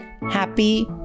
happy